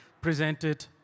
presented